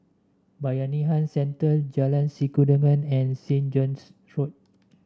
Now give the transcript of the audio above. Bayanihan Centre Jalan Sikudangan and Saint John's Road